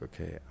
okay